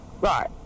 right